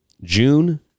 June